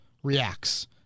reacts